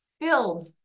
filled